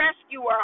rescuer